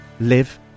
live